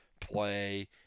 play